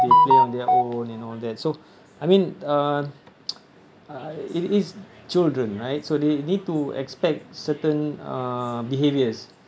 they play on their own and all that so I mean uh it is children right so they need to expect certain uh behaviors